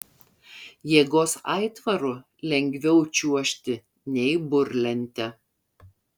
jėgos aitvaru lengviau čiuožti nei burlente